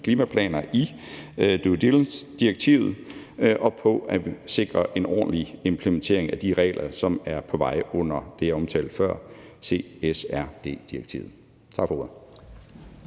klimaplaner i due diligence-direktivet og på at sikre en ordentlig implementering af de regler, som er på vej under det, jeg omtalte før, nemlig CSRD-direktivet. Tak for ordet.